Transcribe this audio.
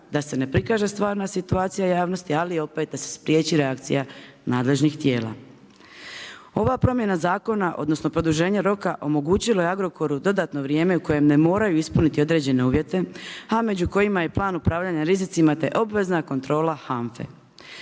da se ne prikaže stvarna situacija javnosti, ali opet da se spriječi reakcija nadležnih tijela. Ova promjena zakona odnosno produženje roka omogućilo je Agrokoru dodatno vrijeme u kojem ne moraju ispuniti određene uvjete, a među kojima je plan upravljanja rizicima te obvezna kontrola HANFA-e.